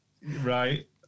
Right